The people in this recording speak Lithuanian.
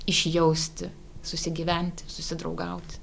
išjausti susigyventi susidraugaut